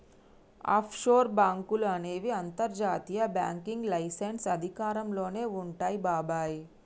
offshore బాంకులు అనేవి అంతర్జాతీయ బ్యాంకింగ్ లైసెన్స్ అధికారంలోనే వుంటాయి బాబాయ్